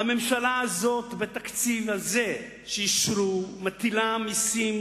הממשלה הזאת בתקציב הזה שאישרו מטילה מסים